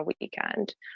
weekend